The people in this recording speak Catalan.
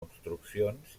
construccions